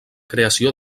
creació